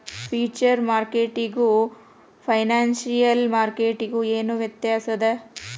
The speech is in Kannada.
ಫ್ಯೂಚರ್ ಮಾರ್ಕೆಟಿಗೂ ಫೈನಾನ್ಸಿಯಲ್ ಮಾರ್ಕೆಟಿಗೂ ಏನ್ ವ್ಯತ್ಯಾಸದ?